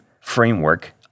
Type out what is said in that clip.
framework